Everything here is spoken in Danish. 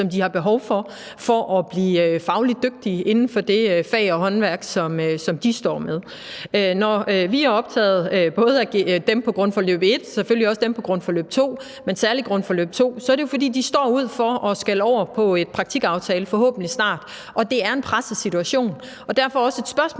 som de har behov for for at blive fagligt dygtige inden for det fag og håndværk, som de står med. Når vi er optaget af både dem på grundforløb 1 og dem på grundforløb 2, men særlig dem på grundforløb 2, så er det jo, fordi de står over for at skulle over på en praktikaftale, forhåbentlig snart. Og det er en presset situation, og derfor er det også et spørgsmål,